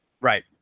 right